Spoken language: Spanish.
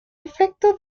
efecto